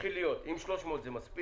מתחיל להיות: אם 300 מיליון זה מספיק,